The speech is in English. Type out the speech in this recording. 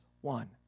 one